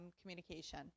communication